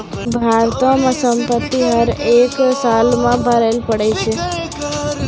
भारतो मे सम्पति कर हरेक सालो मे भरे पड़ै छै